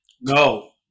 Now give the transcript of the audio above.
No